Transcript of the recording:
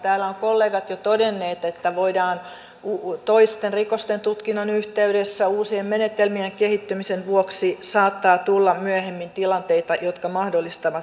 täällä ovat kollegat jo todenneet että toisten rikosten tutkinnan yhteydessä uusien menetelmien kehittymisen vuoksi saattaa tulla myöhemmin tilanteita jotka mahdollistavat selvittämisen